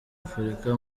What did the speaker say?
afurika